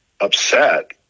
upset